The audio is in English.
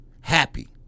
Happy